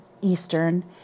Eastern